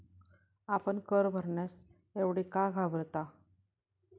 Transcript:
आपण कर भरण्यास एवढे का घाबरता?